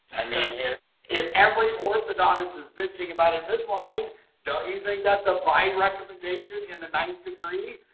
i mean if if every orthodontist is bitching about invisalign don't you think that's a buying recommendation in the ninth degree.